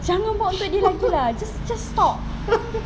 jangan buat untuk dia lagi lah just just stop